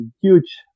huge